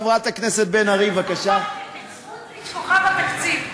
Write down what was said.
הפכתם את סמוטריץ כוכב התקציב.